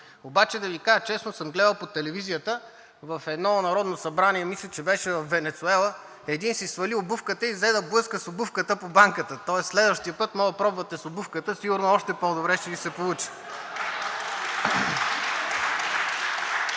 Обаче да Ви кажа честно, съм гледал по телевизията в едно Народно събрание, мисля, че беше във Венецуела, един си свали обувката и взе да блъска с обувката по банката. Тоест следващият път можете да пробвате с обувката, сигурно още по-добре ще Ви се получи.